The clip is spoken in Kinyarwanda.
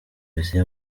besigye